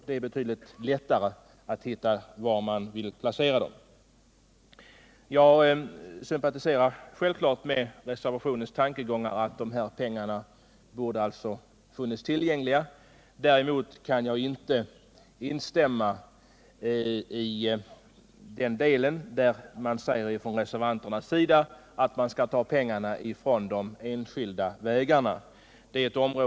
Det är betydligt lättare att placera dem. Jag sympatiserar självklart med reservationens tankegångar att dessa pengar borde funnits tillgängliga. Däremot kan jag inte instämma i den del där reservanterna vill ta pengarna från de enskilda vägarna.